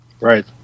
Right